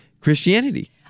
Christianity